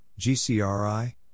GCRI